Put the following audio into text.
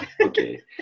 Okay